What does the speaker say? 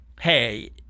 Hey –